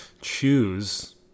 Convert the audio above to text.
choose